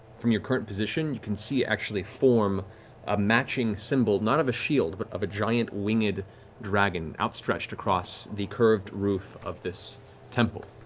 from your current position, you can see actually form a matching symbol. not of a shield, but of a giant winged dragon outstretched across the curved roof of this temple.